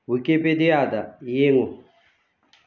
ꯋꯤꯀꯤꯄꯦꯗꯤꯌꯥꯗ ꯌꯦꯡꯉꯨ